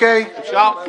אפשר?